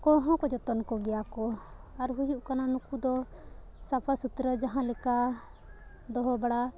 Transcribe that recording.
ᱠᱚᱦᱚᱸ ᱠᱚ ᱡᱚᱛᱚᱱ ᱠᱚᱜᱮᱭᱟᱠᱚ ᱟᱨ ᱦᱩᱭᱩᱜ ᱠᱟᱱᱟ ᱱᱩᱠᱩ ᱫᱚ ᱥᱟᱯᱷᱟ ᱥᱩᱛᱨᱟᱹ ᱡᱟᱦᱟᱸ ᱞᱮᱠᱟ ᱫᱚᱦᱚ ᱵᱟᱲᱟ